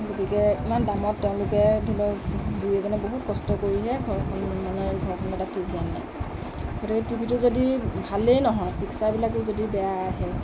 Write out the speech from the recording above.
গতিকে ইমান দামত তেওঁলোকে ধৰি লওক দুই এজনে বহুত কষ্ট কৰিহে ঘৰখনত মানে ঘৰখনলৈ এটা টিভি আনে গতিকে টিভিটো যদি ভালেই নহয় পিক্চাৰবিলাকো যদি বেয়া আহে